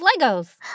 Legos